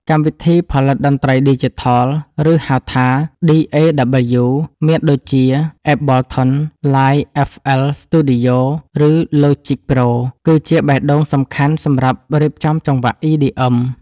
កម្មវិធីផលិតតន្ត្រីឌីជីថល ឬហៅថា DAW មានដូចជា អេប៊លថុន ឡាយ អែហ្វអិល ស្ទូឌីយ៉ូ ឬ ឡូជិក ប្រូ គឺជាបេះដូងសំខាន់សម្រាប់រៀបចំចង្វាក់ EDM។